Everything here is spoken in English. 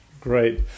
Great